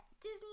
Disney